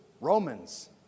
Romans